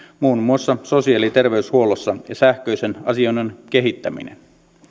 muun muassa sosiaali ja terveydenhuollossa sekä sähköisen asioinnin kehittäminen